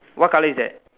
what color is that